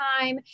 time